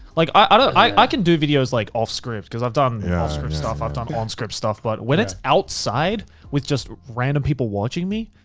like i can do videos like off script, cause i've done off-script yeah sort of stuff, i've done on-script stuff. but when it's outside with just random people watching me,